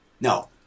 No